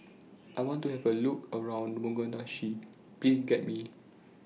I want to Have A Look around Mogadishu Please Guide Me